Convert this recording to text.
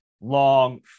long